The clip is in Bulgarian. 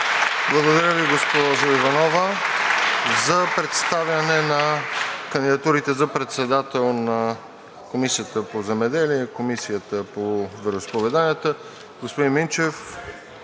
Благодаря Ви, госпожо Иванова. За представяне на кандидатурите за председател на Комисията по земеделието и Комисията по вероизповеданията, господин Минчев,